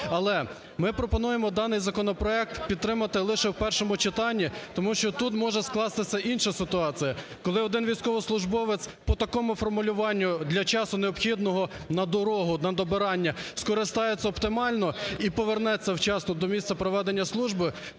Але ми пропонуємо даний законопроект підтримати лише в першому читанні, тому що тут може скластися інша ситуація, коли один військовослужбовець по такому формулюванню для часу необхідного на дорогу, на добирання скористається оптимально і повернеться вчасно до місця проведення служби,